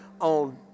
on